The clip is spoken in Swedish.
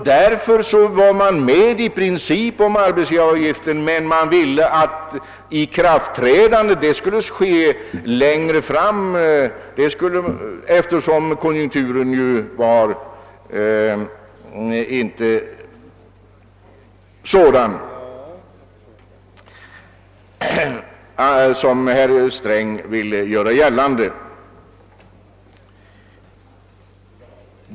Därför var de borgerliga i princip med om arbetsgivaravgiften, men de ville att ikraftträdandet skulle ske längre fram, därför att konjunkturen inte ansågs vara den som herr Sträng ville göra gällande.